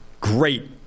great